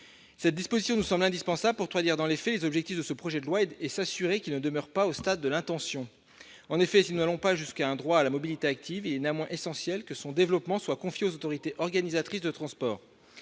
Cette disposition nous semble indispensable pour traduire dans les faits les objectifs de ce projet de loi et s'assurer qu'ils ne demeurent pas au stade de l'intention. En effet, si nous n'allons pas jusqu'à un droit à la mobilité active, il est néanmoins essentiel que son développement soit confié aux autorités organisatrices de transport.